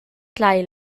tlai